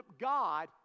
God